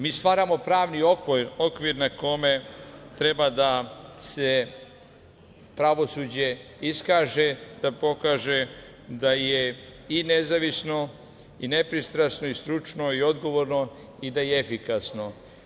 Mi stvaramo pravni okvir na kome treba da se pravosuđe iskaže, da pokaže da je i nezavisno, i nepristrasno, i stručno, i odgovorno i da je efikasno.